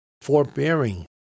forbearing